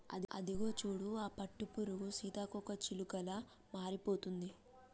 అదిగో చూడు ఆ పట్టుపురుగు సీతాకోకచిలుకలా మారిపోతుంది